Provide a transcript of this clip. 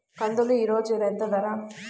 కందులు ఈరోజు ఎంత ధర?